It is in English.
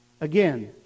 Again